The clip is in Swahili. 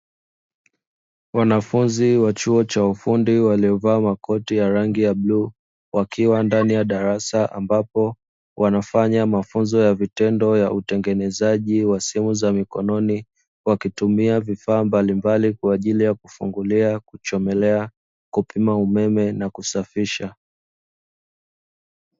Wanafunzi wa chuo cha ufundi waliovalia makoti ya anig ya bluu wakiwa ndnai ya darasa , ambapo wanafanya mafunzo ya vitendo ya utengenezaji wa simu za mkononi, wakitumia vifaa mbalimbali kwa ajili ya kufungulia, kuchomelea, kupima umeme na kusafisha.